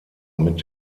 mit